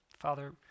Father